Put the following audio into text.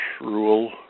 rule